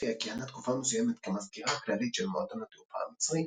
לוטפיה כיהנה תקופה מסוימת כמזכירה הכללית של מועדון התעופה המצרי.